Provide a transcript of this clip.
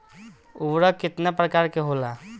उर्वरक केतना प्रकार के होला?